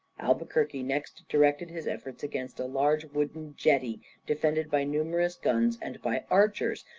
albuquerque next directed his efforts against a large wooden jetty defended by numerous guns and by archers,